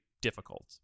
difficult